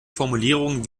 formulierungen